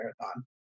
marathon